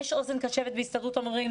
יש אוזן קשבת להסתדרות המורים,